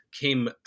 came